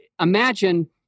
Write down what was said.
imagine